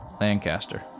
Lancaster